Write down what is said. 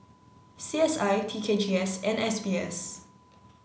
C S I T K G S and S B S